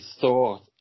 thought